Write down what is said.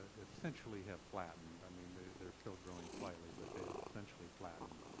essentially have flattened. i mean, they they are still growing slightly, but they have essentially flattened.